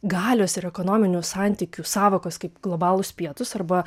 galios ir ekonominių santykių sąvokos kaip globalūs pietūs arba